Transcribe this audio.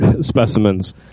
specimens